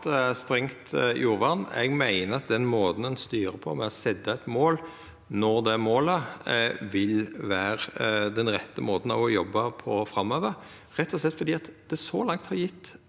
strengt jordvern. Eg meiner at den måten ein styrer på ved å setja eit mål og nå det målet, vil vera den rette måten å jobba på framover, rett og slett fordi det så langt har gjeve